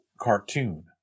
cartoon